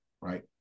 right